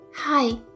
Hi